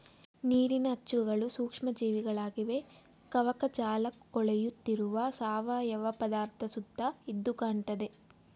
ನೀರಿನ ಅಚ್ಚುಗಳು ಸೂಕ್ಷ್ಮ ಜೀವಿಗಳಾಗಿವೆ ಕವಕಜಾಲಕೊಳೆಯುತ್ತಿರುವ ಸಾವಯವ ಪದಾರ್ಥ ಸುತ್ತ ಎದ್ದುಕಾಣ್ತದೆ